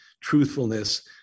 truthfulness